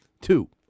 Two